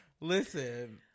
listen